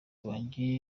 banjye